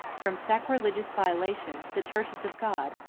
from sacrilegious violation, the churches of god,